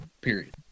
period